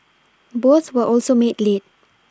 both were also made late